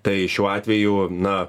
tai šiuo atveju na